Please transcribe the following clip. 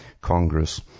Congress